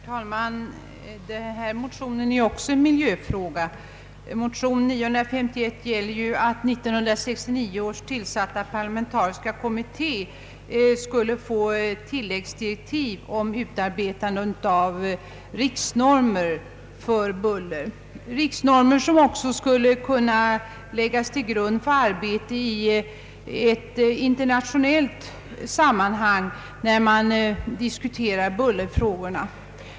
Herr talman! Även i detta utlåtande har en motion som tar upp en miljövårdsfråga behandlats. Motionen I: 959 går ut på att 1969 års parlamentariska kommitté skall få tilläggsdirektiv om utarbetande av riksnormer för buller. Dessa skulle också kunna läggas till grund för arbete i internationellt sammanhang.